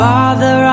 Father